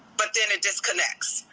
but then it disconnects.